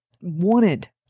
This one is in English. wanted